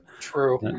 True